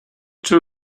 true